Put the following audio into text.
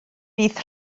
bydd